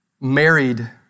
married